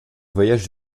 voyages